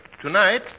tonight